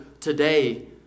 today